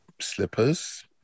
slippers